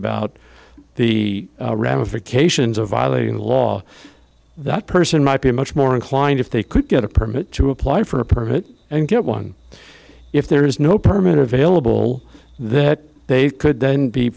about the ramifications of violating the law that person might be much more inclined if they could get a permit to apply for a permit and get one if there is no permit available that they could then be